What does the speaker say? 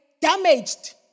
damaged